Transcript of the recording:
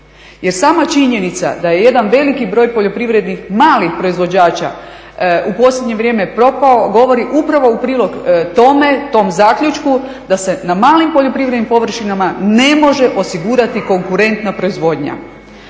jer sama činjenica da jedan velik broj malih poljoprivrednih proizvođača u posljednje vrijeme propao govori upravo u prilog tom zaključku da se na malim poljoprivrednim površinama ne može osigurati konkurentna proizvodnja.